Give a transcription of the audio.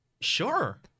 Sure